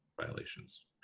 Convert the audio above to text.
violations